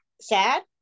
sad